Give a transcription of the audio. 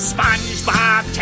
SpongeBob